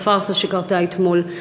על הפארסה שקרתה אתמול,